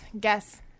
guess